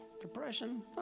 depression